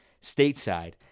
stateside